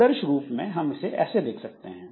आदर्श रूप में हम इसे ऐसे देख सकते हैं